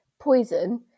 poison